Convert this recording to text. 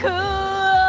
Cool